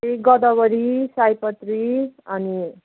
त्यही गोदावरी सयपत्री अनि